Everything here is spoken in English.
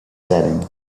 setting